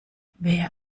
wer